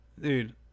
dude